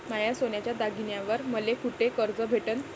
माया सोन्याच्या दागिन्यांइवर मले कुठे कर्ज भेटन?